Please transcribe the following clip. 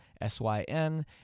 S-Y-N